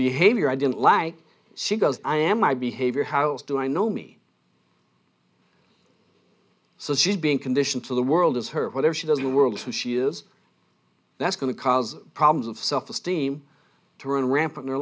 behavior i didn't like she goes i am my behavior how else do i know me so she's being conditioned to the world as her whatever she does the world who she is that's going to cause problems of self esteem to run rampant he